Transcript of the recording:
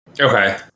Okay